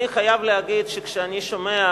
אני חייב להגיד שכשאני שומע,